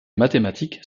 mathématique